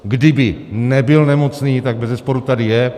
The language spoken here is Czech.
Kdyby nebyl nemocný, tak bezesporu tady je.